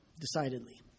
decidedly